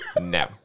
No